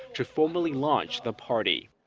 to formally launch the party.